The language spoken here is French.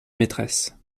maîtresse